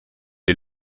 est